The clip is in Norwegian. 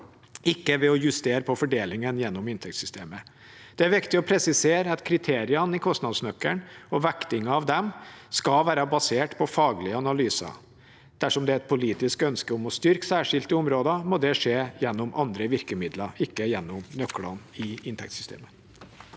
ikke ved å justere på fordelingen gjennom inntektssystemet. Det er viktig å presisere at kriteriene i kostnadsnøkkelen og vektingen av dem skal være basert på faglige analyser. Dersom det er et politisk ønske om å styrke særskilte områder, må det skje gjennom andre virkemidler, ikke gjennom nøklene i inntektssystemet.